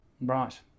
Right